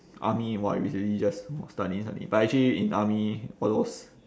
army !wah! it's really just !wah! study study but actually in army all those